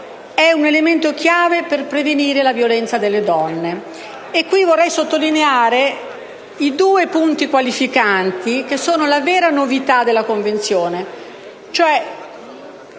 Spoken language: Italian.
è un elemento chiave per prevenire la violenza contro le donne. Vorrei qui sottolineare i due punti qualificanti che sono la vera novità della Convenzione,